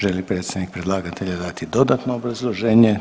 Želi li predstavnik predlagatelja dati dodatno obrazloženje?